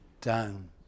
down